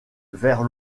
vers